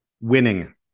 winning